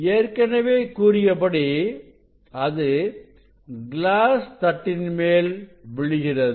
ஏற்கனவே கூறியபடி அது கிளாஸ் தட்டின் மேல் விழுகிறது